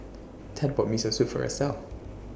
Ted bought Miso Soup For Estel